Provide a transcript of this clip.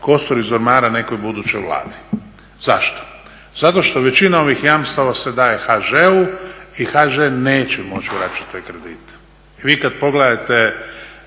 kostur iz ormara nekoj budućoj Vladi. Zašto? Zato što većina ovih jamstava se daje HŽ-u i HŽ neće moći vraćati taj kredit. Vi kad pogledate